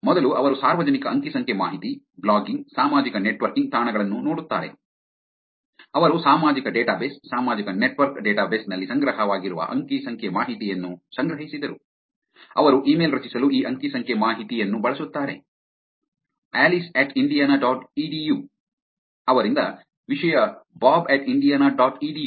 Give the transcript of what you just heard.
ಮೊದಲು ಅವರು ಸಾರ್ವಜನಿಕ ಅಂಕಿ ಸಂಖ್ಯೆ ಮಾಹಿತಿ ಬ್ಲಾಗಿಂಗ್ ಸಾಮಾಜಿಕ ನೆಟ್ವರ್ಕಿಂಗ್ ತಾಣಗಳನ್ನು ನೋಡುತ್ತಾರೆ ಅವರು ಸಾಮಾಜಿಕ ಡೇಟಾಬೇಸ್ ಸಾಮಾಜಿಕ ನೆಟ್ವರ್ಕ್ ಡೇಟಾಬೇಸ್ ನಲ್ಲಿ ಸಂಗ್ರಹವಾಗಿರುವ ಅಂಕಿ ಸಂಖ್ಯೆ ಮಾಹಿತಿಯನ್ನು ಸಂಗ್ರಹಿಸಿದರು ಅವರು ಇಮೇಲ್ ರಚಿಸಲು ಈ ಅಂಕಿ ಸಂಖ್ಯೆ ಮಾಹಿತಿಯನ್ನು ಬಳಸುತ್ತಾರೆ Alice at Indiana dot edu ಅವರಿಂದ ವಿಷಯ Bob at Indiana dot edu